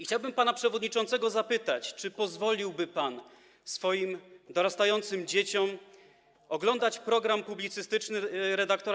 Chciałbym pana przewodniczącego zapytać: Czy pozwoliłby pan swoim dorastającym dzieciom oglądać program publicystyczny red.